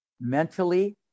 Mentally